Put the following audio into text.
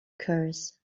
curse